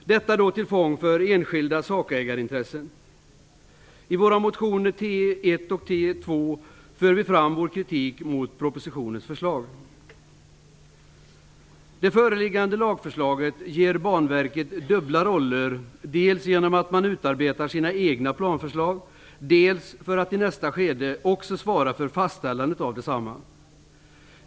Detta är till förfång för enskilda sakägarintressen. I våra motioner T1 och T2 för vi fram vår kritik mot propositionens förslag. Det föreliggande lagförslaget ger Banverket dubbla roller, dels genom att man utarbetar sina egna planförslag, dels för att man i nästa skede också svarar för fastställandet av desamma.